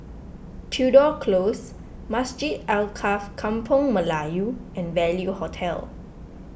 Tudor Close Masjid Alkaff Kampung Melayu and Value Hotel